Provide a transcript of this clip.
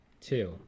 Two